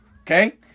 Okay